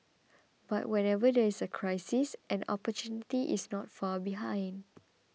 but whenever there is a crisis an opportunity is not far behind